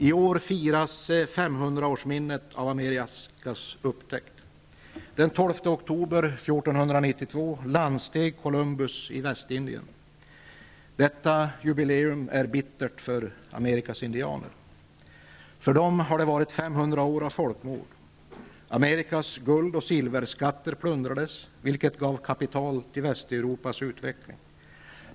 I år firas 500-årsminnet av Amerikas Columbus i Västindien. Detta jubileum är bittert för Amerikas indianer. För dem har det varit 500 år av folkmord. Amerikas guld och silverskatter plundrades, vilket gav kapital till Västeuropas utveckling.